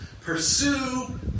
Pursue